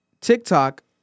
TikTok